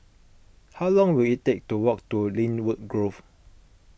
how long will it take to walk to Lynwood Grove